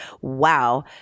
wow